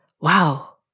Wow